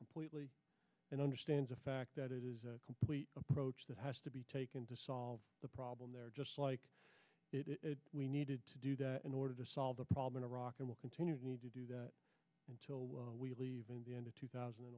completely and understands a fact that it is a complete approach that has to be taken to solve the problem there just like it we needed to do that in order to solve the problem iraq and we'll continue to need to do that until we leave in the end of two thousand